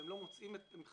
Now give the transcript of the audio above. והם לא מוצאים את המקום,